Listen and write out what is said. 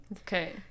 Okay